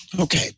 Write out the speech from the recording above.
Okay